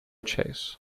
chase